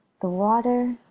the water,